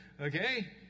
Okay